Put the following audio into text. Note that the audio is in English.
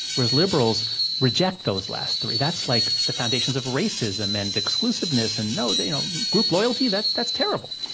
whereas liberals reject those last three that's, like, the foundations of racism and exclusiveness. and no, they you know group loyalty? that's that's terrible.